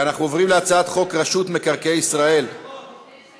(תיקוני חקיקה להשגת יעדי התקציב לשנות התקציב 2017 ו-2018),